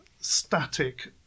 static